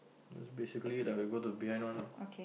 that's basically like we go to behind one ah